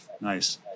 Nice